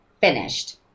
finished